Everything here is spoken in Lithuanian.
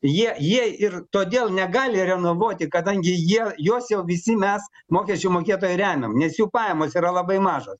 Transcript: jie jie ir todėl negali renovuoti kadangi jie juos jau visi mes mokesčių mokėtojai remiam nes jų pajamos yra labai mažos